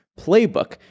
playbook